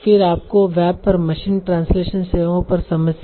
फिर आपको वेब पर मशीन ट्रांसलेशन सेवाओं पर समस्या है